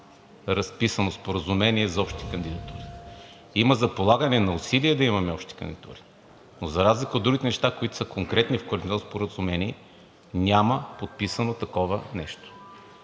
разписано споразумение за общи кандидатури. Има за полагане на усилия да имаме общи кандидатури. Но за разлика от другите неща, които са конкретни, в коалиционното споразумение няма подписано такова нещо.